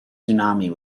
tsunami